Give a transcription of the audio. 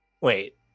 Wait